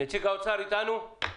נציג האוצר אתנו?